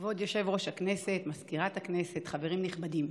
כבוד יושב-ראש הכנסת, מזכירת הכנסת, חברים נכבדים,